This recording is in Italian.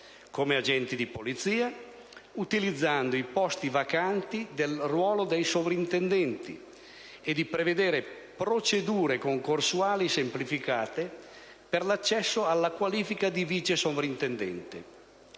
come agenti di polizia, utilizzando i posti vacanti del ruolo dei sovrintendenti e di prevedere procedure concorsuali semplificate per l'accesso alla qualifica di vicesovrintendente.